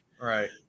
Right